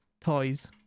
toys